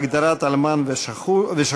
הגדרת אלמן ושכול),